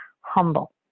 humble